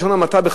בלשון המעטה,